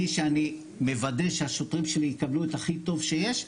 אני כשאני מוודא שהשוטרים שלי יקבלו את הכי טוב שיש,